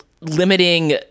limiting